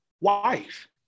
wife